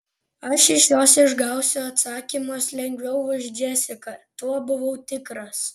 aš iš jos išgausiu atsakymus lengviau už džesiką tuo buvau tikras